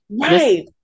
Right